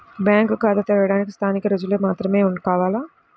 Bank ఖాతా తెరవడానికి స్థానిక రుజువులు మాత్రమే కావాలా?